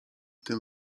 tym